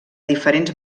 diferents